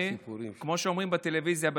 כמו שאומרים בטלוויזיה,